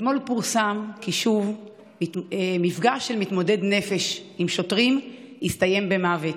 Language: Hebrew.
אתמול פורסם כי שוב מפגש של מתמודד נפש עם שוטרים הסתיים במוות.